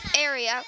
area